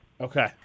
Okay